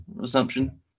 assumption